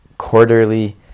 quarterly